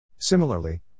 Similarly